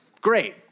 Great